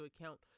account